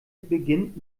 beginnt